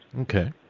Okay